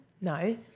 No